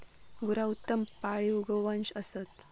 गुरा उत्तम पाळीव गोवंश असत